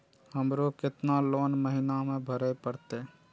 हमरो केतना लोन महीना में भरे परतें?